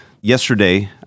yesterday